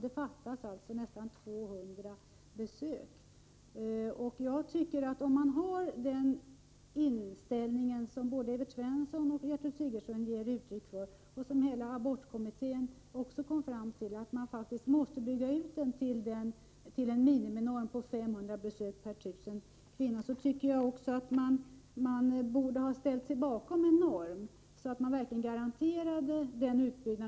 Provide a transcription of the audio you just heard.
Det fattas alltså nästan 200 besök per 1 000 kvinnor. Om man har den inställning som både Evert Svensson och Gertrud Sigurdsen ger uttryck för och som hela abortkommittén hade — den kom fram till att man faktiskt måste bygga ut preventivmedelsrådgivningen så att den motsvarar en miniminorm på 500 besök per 1 000 kvinnor — bör man också ställa sig bakom förslaget om en norm, så att man verkligen garanterar en utbyggnad.